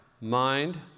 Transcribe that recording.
mind